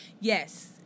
yes